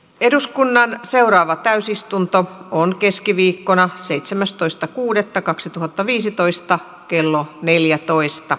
eduskunnan seuraava täysistunto on keskiviikkona seitsemästoista kuudetta kaksituhattaviisitoista kello päättyi